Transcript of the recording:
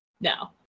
no